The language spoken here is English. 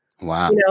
Wow